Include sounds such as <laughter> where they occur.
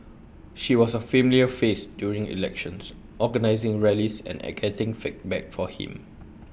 she was A familiar face during elections organising rallies and <unintelligible> getting feedback for him